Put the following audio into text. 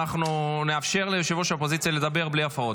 אבל הצעה לסדר,